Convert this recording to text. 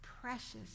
precious